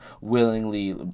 willingly